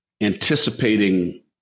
anticipating